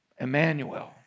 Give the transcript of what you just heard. Emmanuel